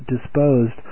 disposed